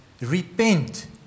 Repent